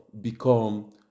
become